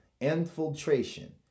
infiltration